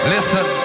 Listen